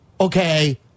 okay